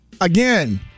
again